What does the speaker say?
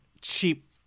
cheap